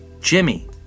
Jimmy